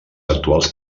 actuals